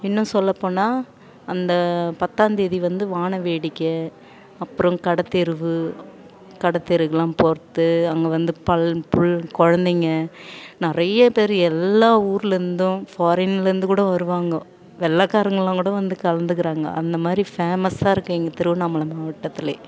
இன்னும் சொல்லப்போனால் அந்த பத்தாம்தேதி வந்து வாணவேடிக்கை அப்புறோம் கடைத்தெருவு கடத்தெருவெலாம் போவது அங்கே வந்து பல் புள் குழந்தைங்க நிறைய பேர் எல்லா ஊர்லேர்ந்தும் ஃபாரின்லேருந்து கூட வருவாங்க வெள்ளைக்காரங்கள்லாம் கூட வந்துக் கலந்துக்கிறாங்க அந்த மாரி ஃபேமஸ்ஸாக இருக்குது எங்கள் திருவண்ணாமலை மாவட்டத்தில்